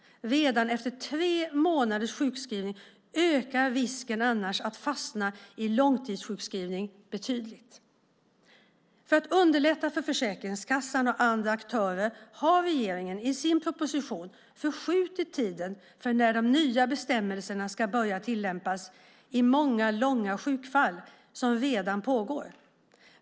Redan efter tre månaders sjukskrivning ökar risken annars att fastna i långtidssjukskrivning betydligt. För att underlätta för Försäkringskassan och andra aktörer har regeringen i sin proposition förskjutit tiden för när de nya bestämmelserna ska börja tillämpas i de många, långa sjukfall som redan pågår.